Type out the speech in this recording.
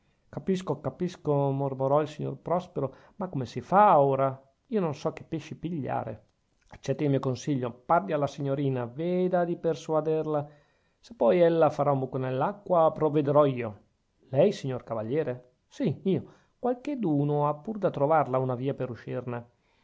capisco capisco mormorò il signor prospero ma come si fa ora io non so che pesci pigliare accetti il mio consiglio parli alla signorina veda di persuaderla se poi ella farà un buco nell'acqua provvederò io lei signor cavaliere sì io qualcheduno ha pur da trovarla una via per uscirne